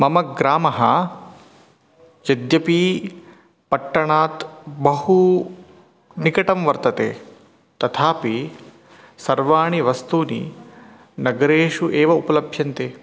मम ग्रामः पट्टणात् बहु निकटं वर्तते तथापि सर्वाणि वस्तूनि नगरेषु एव उपलभ्यन्ते